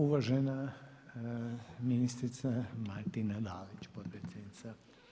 Uvažena ministrica Martina Dalić, potpredsjednica.